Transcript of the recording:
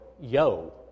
yo